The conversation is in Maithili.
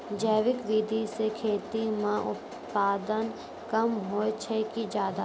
जैविक विधि से खेती म उत्पादन कम होय छै कि ज्यादा?